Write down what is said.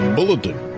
Bulletin